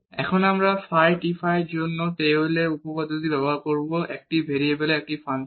এখন আমরা phi t phi এর জন্য টেইলরের উপপাদ্যটি ব্যবহার করব একটি ভেরিয়েবলের একটি ফাংশন